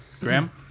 Graham